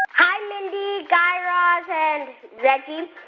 hi, mindy, guy raz and reggie.